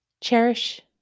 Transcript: Cherish